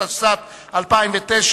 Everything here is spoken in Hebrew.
התשס"ט 2009,